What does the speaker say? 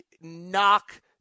knock